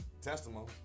Testimony